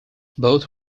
both